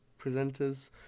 presenters